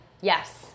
Yes